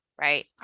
right